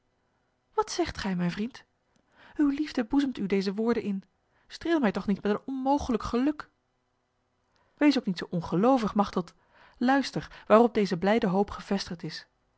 wat zegt gij mijn vriend uw liefde boezemt u deze woorden in streel mij toch niet met een onmogelijk geluk wees ook niet zo ongelovig machteld luister waarop deze blijde hoop gevestigd is